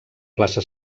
plaça